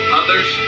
others